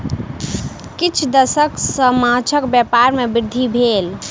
किछ दशक सॅ माँछक व्यापार में वृद्धि भेल